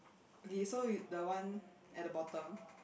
okay so the one at the bottom